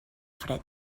fred